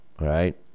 right